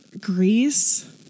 Greece